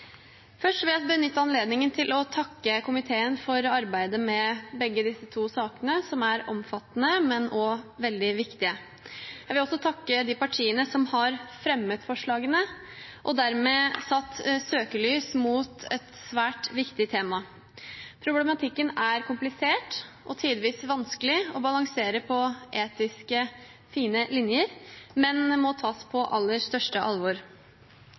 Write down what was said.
Først vil jeg benytte anledningen til å takke komiteen for arbeidet med begge disse sakene, som er omfattende, men også veldig viktige. Jeg vil også takke de partiene som har fremmet forslagene, og dermed satt søkelys på et svært viktig tema. Problematikken er komplisert og tidvis vanskelig å balansere på etiske, fine linjer, men må tas på aller største alvor.